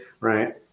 right